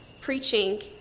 preaching